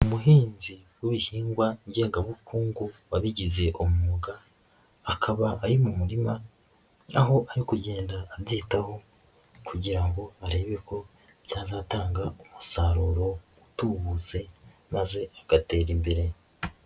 Umuhinzi w'ibihingwa ngengabukungu wabigize umwuga akaba ari mu murima aho ari kugenda abyitaho kugira ngo arebe ko byazatanga umusaruro utubutse maze agatera imbere.